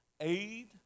aid